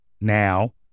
now